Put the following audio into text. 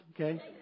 Okay